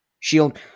Shield